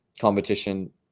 competition